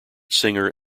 singer